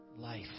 life